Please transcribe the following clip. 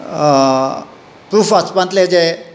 proof वाचपांतले जे